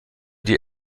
die